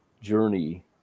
journey